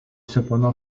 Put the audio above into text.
cependant